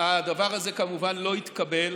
הדבר הזה, כמובן, לא התקבל.